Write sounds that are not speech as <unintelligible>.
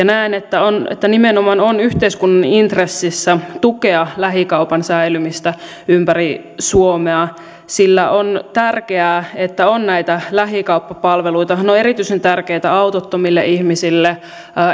<unintelligible> näen että nimenomaan on yhteiskunnan intressissä tukea lähikaupan säilymistä ympäri suomea sillä on tärkeää että on näitä lähikauppapalveluita ne ovat erityisen tärkeitä autottomille ihmisille